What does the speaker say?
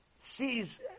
sees